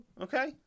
Okay